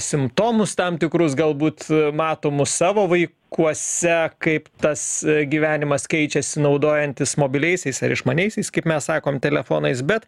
simptomus tam tikrus galbūt matomus savo vaikuose kaip tas gyvenimas keičiasi naudojantis mobiliaisiais ar išmaniaisiais kaip mes sakom telefonais bet